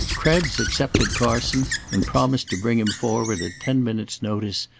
krebs accepted carson and promised to bring him forward at ten minutes' notice,